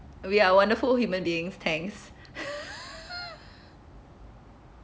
we are wonderful human beings thanks